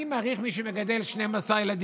אבל אני מעריך מי שמגדל 12 ילדים,